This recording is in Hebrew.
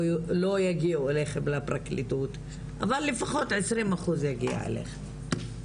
יגיעו אליכם לפרקליטות אבל לפחות 20 אחוז יגיע אליכם,